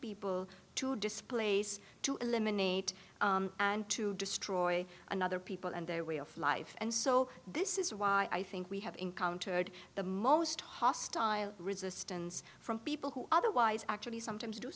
people to displace to eliminate and to destroy another people and their way of life and so this is why i think we have encountered the most hostile resistance from people who otherwise actually somet